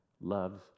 loves